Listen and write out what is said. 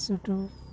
ସେଇଠୁ